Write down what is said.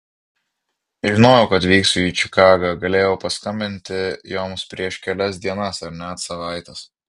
žinojau kad vyksiu į čikagą galėjau paskambinti joms prieš kelias dienas ar net savaites